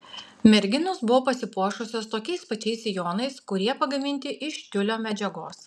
merginos buvo pasipuošusios tokiais pačiais sijonais kurie pagaminti iš tiulio medžiagos